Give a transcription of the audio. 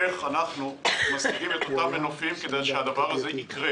איך אנחנו משיגים את אותם מנופים כדי שהדבר הזה יקרה,